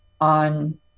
on